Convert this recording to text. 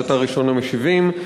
שאתה ראשון המשיבים.